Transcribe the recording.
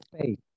faith